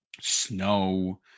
snow